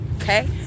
okay